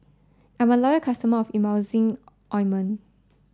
I'm a loyal customer of Emulsying Ointment